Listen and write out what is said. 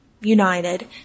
united